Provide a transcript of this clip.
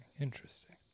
interesting